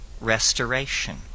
restoration